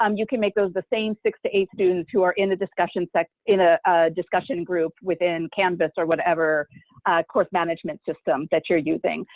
um you can make those the same six to eight students who are in the discussion sec in a discussion group within canvas or whatever course management system that you're using.